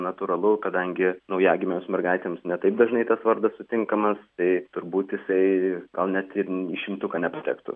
natūralu kadangi naujagimėms mergaitėms ne taip dažnai tas vardas sutinkamas tai turbūt jisai gal net ir į šimtuką nepatektų